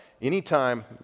anytime